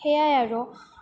সেয়াই আৰু